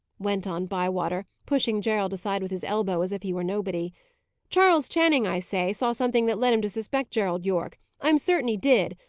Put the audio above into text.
went on bywater, pushing gerald aside with his elbow, as if he were nobody charles channing, i say, saw something that led him to suspect gerald yorke. i am certain he did.